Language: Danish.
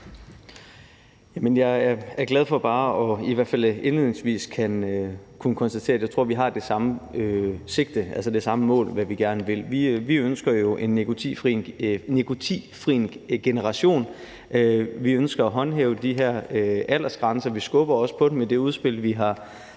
Jeg er glad for bare i hvert fald indledningsvis at kunne konstatere, at jeg tror, vi har det samme sigte, altså det samme mål for, hvad vi gerne vil. Vi ønsker jo en nikotinfri generation; vi ønsker at håndhæve de her aldersgrænser, og vi skubber også til dem i det udspil, vi har